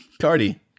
Cardi